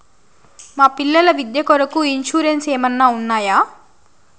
మా పిల్లల విద్య కొరకు ఇన్సూరెన్సు ఏమన్నా ఉన్నాయా?